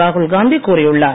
ராகுல் காந்தி கூறியுள்ளார்